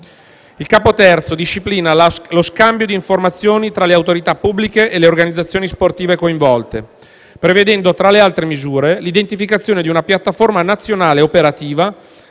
Il capo III disciplina lo scambio di informazioni tra le autorità pubbliche e le organizzazioni sportive coinvolte, prevedendo tra le altre misure l'identificazione di una piattaforma nazionale operativa